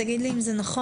תגיד לי אם זה נכון,